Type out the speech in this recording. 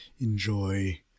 enjoy